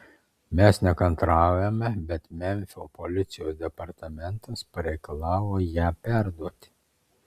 mes nekantraujame bet memfio policijos departamentas pareikalavo ją perduoti